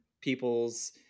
peoples